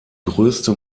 größte